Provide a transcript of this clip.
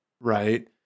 right